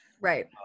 right